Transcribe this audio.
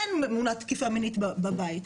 אין ממונה תקיפה מינית בבית,